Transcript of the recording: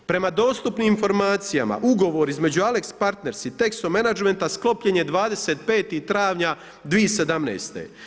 Prema dostupnim informacijama ugovor između AlixPartners i Texo managementa sklopljen je 25. travnja 2017.